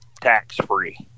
tax-free